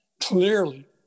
Clearly